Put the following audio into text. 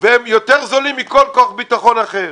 והם יותר "זולים" מכל כוח ביטחון אחר.